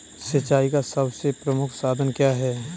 सिंचाई का सबसे प्रमुख साधन क्या है?